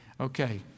Okay